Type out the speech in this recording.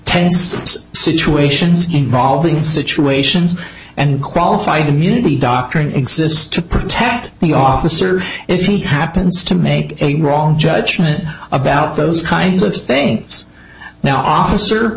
tense situations involving situations and qualified immunity doctrine exists to protect the officer if he happens to make a wrong judgment about those kinds of things now officer